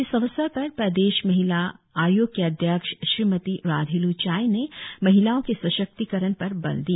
इस अवसर पर प्रदेश महिला आयोग के अध्यक्ष श्रीमती राधिल् चाई ने महिलाओं के सशक्तिकरण पर बल दिया